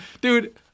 dude